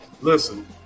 listen